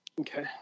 Okay